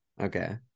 Okay